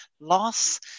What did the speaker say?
loss